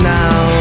now